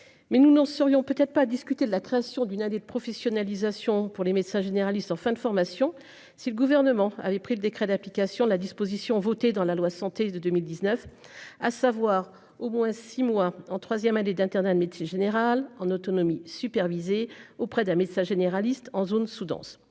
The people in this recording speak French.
Mais nous n'en serions peut-être pas discuter de la création d'une année de professionnalisation pour les médecins généralistes en fin de formation. Si le gouvernement avait pris le décret d'application de la disposition votée dans la loi Santé de 2019 à savoir au moins six mois en troisième année d'internat de médecine générale en autonomie supervisée auprès d'un médecin généraliste en zone sous-dense.